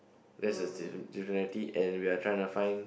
that's the and we're trying to find